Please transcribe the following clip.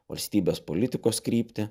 valstybės politikos kryptį